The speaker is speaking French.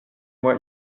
moi